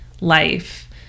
life